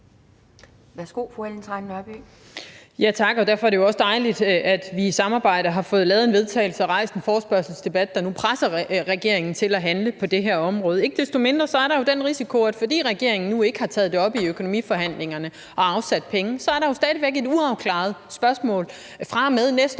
Kl. 11:50 Ellen Trane Nørby (V): Tak. Derfor er det jo også dejligt, at vi i samarbejde har fået lavet et forslag til vedtagelse og rejst en forespørgselsdebat, der nu presser regeringen til at handle på det her område. Ikke desto mindre er der jo den risiko, at fordi regeringen nu ikke har taget det op i økonomiforhandlingerne og afsat penge, er der stadig væk et uafklaret spørgsmål fra og med næste